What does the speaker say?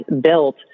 built